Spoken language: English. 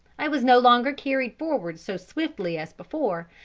i was no longer carried forward so swiftly as before,